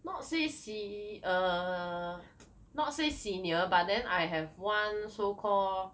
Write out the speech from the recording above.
not say se~ err not say senior but then I have one so called